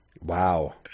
wow